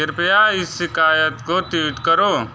कृपया इस शिकायत को ट्वीत करो